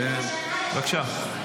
בבקשה.